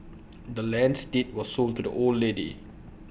the land's deed was sold to the old lady